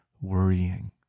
worrying